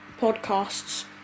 podcasts